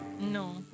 No